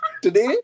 Today